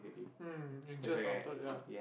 mm and just after ya